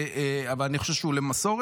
אבל אני חושב שהוא למסורת?